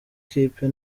kipe